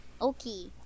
Okay